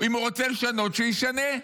אם הוא רוצה לשנות, שישנה,